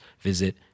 visit